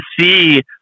see